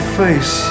face